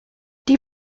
die